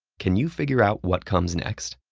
can you figure out what comes next?